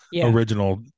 original